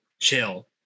chill